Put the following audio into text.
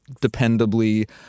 dependably